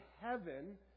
heaven